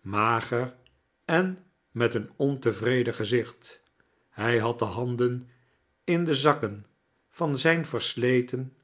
mager en met een onteivreden gezicht hij had de handen in de zakken van zijn versleten